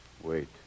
Wait